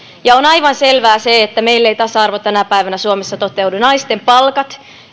on aivan selvää se että meillä ei tasa arvo tänä päivänä suomessa toteudu naisten palkat